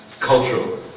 cultural